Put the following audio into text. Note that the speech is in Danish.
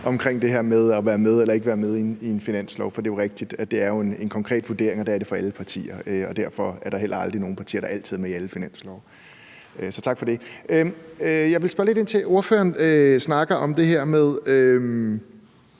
– altså det her med at være med eller ikke med i en finanslov, for det er jo rigtigt, at det er en konkret vurdering, og det er det for alle partier. Derfor er der heller aldrig nogen partier, der altid er med i alle finanslove. Så tak for det. Jeg vil spørge lidt ind til, at ordføreren snakker om det her med,